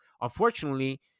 Unfortunately